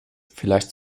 vielleicht